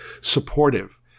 supportive